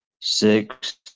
six